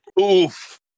oof